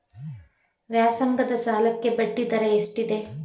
ವ್ಯಾಸಂಗದ ಸಾಲಕ್ಕೆ ಬಡ್ಡಿ ದರ ಎಷ್ಟಿದೆ?